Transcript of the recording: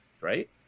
right